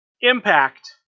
Impact